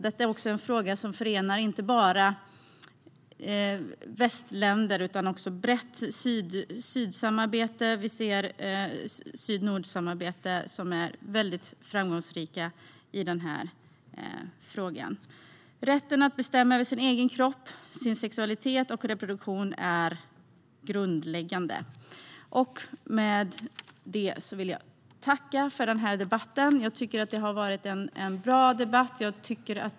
Detta är en fråga som förenar inte bara västländer, utan det är också ett brett syd-nord-samarbete som är mycket framgångsrikt i denna fråga. Rätten att bestämma över sin egen kropp, sin sexualitet och sin reproduktion är grundläggande. Med detta vill jag tacka för denna debatt. Jag tycker att det har varit en bra debatt.